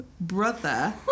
brother